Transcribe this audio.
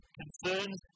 concerns